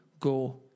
go